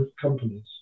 companies